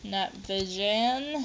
not bezen